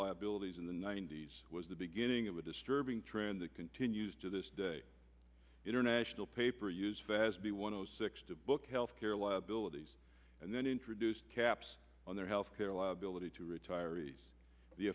liabilities in the ninety's was the beginning of a disturbing trend that continues to this day international paper used fast b one zero six to book health care liabilities and then introduced caps on their health care liability to retirees the